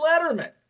letterman